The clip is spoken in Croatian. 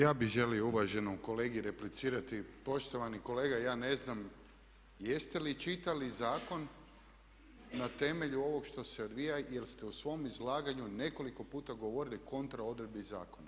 Ja bih želio uvaženom kolegi replicirati, poštovani kolega ja ne znam jeste li čitali zakon na temelju ovog što se odvija jer ste u svom izlaganju nekoliko puta govorili kontra odredbi zakona.